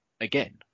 again